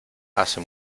hace